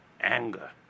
anger